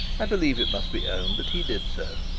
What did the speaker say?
i believe it must be owned that he did so.